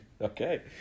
Okay